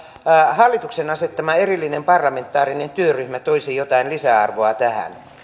hallituksen asettama erillinen parlamentaarinen työryhmä toisi jotain lisäarvoa tähän